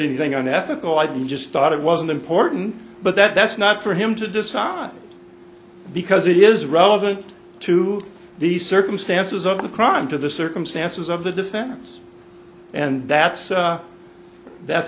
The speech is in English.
anything unethical i just thought it wasn't important but that's not for him to decide because it is relevant to the circumstances of the crime to the circumstances of the defense and that's that's